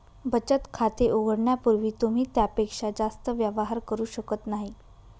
बचत खाते उघडण्यापूर्वी तुम्ही त्यापेक्षा जास्त व्यवहार करू शकत नाही